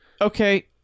okay